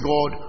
God